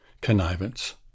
connivance